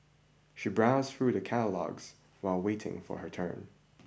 she browsed through the catalogues while waiting for her turn